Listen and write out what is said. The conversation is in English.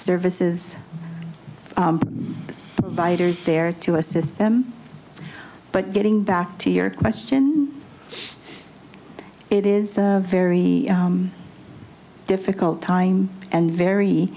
services biters there to assist them but getting back to your question it is a very difficult time and very